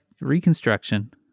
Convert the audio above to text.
Reconstruction